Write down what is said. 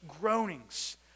groanings